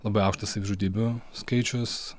labai aukštas savižudybių skaičius